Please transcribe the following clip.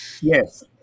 Yes